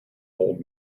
old